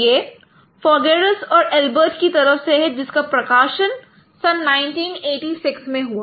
यह फोगेरस और अल्बर्ट की तरफ से है जिसका प्रकाशन 1986 में हुआ